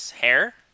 Hair